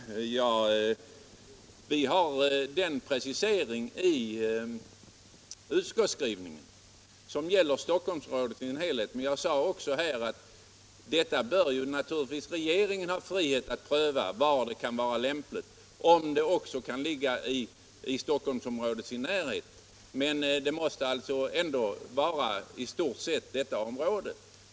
Herr talman! Vi har gjort en precisering i vår skrivning när det gäller Stockholmsområdet som helhet. Jag sade också i mitt anförande att regeringen bör ha frihet att pröva vad som här kan vara lämpligt. Det 83 Radio och television i utbildningsväsendet måste emellertid gälla i stort sett detta område.